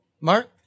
Mark